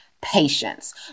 patience